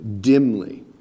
dimly